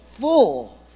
full